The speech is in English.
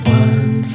one